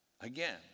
Again